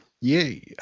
Yay